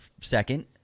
second